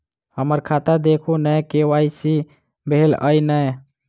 हम्मर खाता देखू नै के.वाई.सी भेल अई नै?